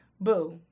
Boo